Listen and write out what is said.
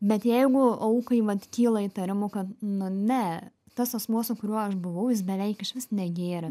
bet jeigu aukai vat kyla įtarimų kad nu ne tas asmuo su kuriuo aš buvau jis beveik išvis negėrė